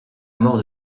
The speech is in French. mort